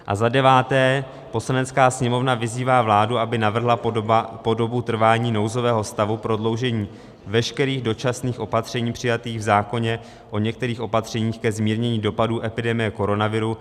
A za deváté, Poslanecká sněmovna vyzývá vládu, aby navrhla po dobu trvání nouzového stavu prodloužení veškerých dočasných opatření přijatých v zákoně o některých opatřeních ke zmírnění dopadu epidemie koronaviru.